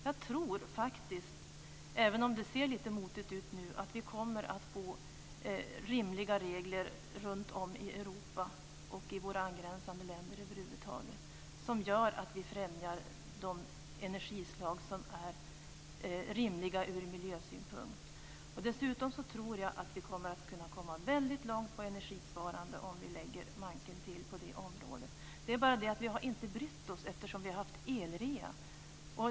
Jag tror faktiskt, även om det ser lite motigt ut nu, att vi kommer att få rimliga regler runtom i Europa och i våra angränsande länder över huvud taget som gör att vi främjar de energislag som är rimliga ur miljösynpunkt. Dessutom tror jag att vi kommer att kunna komma väldigt långt med energisparande om vi lägger manken till på det området. Det är bara det att vi inte har brytt oss, eftersom vi har haft elrea.